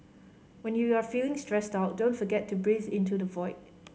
when you are feeling stressed out don't forget to breathe into the void